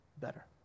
better